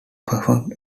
performed